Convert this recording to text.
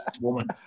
woman